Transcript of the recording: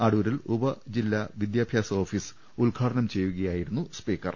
അടൂരിൽ ഉപ ജില്ലാ വിദ്യാഭ്യാസ ഓഫീസ് ഉദ്ഘാടനം ചെയ്യുകയായിരുന്നു സ്പീക്കർ